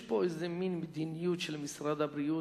יש פה איזו מדיניות של משרד הבריאות,